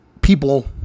people